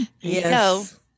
yes